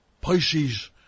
Pisces